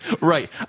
Right